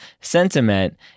sentiment